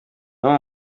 umwe